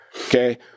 Okay